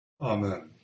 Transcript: Amen